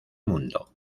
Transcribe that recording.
mundo